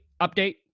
update